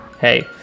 Hey